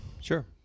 sure